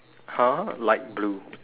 !huh! light blue